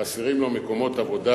חסרים לו מקומות עבודה